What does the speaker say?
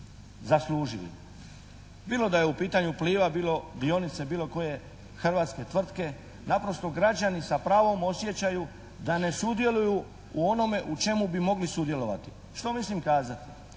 Bilo da je u pitanju Pliva, bilo dionice bilo koje hrvatske tvrtke. Naprosto građani sa pravom osjećaju da ne sudjeluju u onome u čemu bi mogli sudjelovati. Što mislim kazati?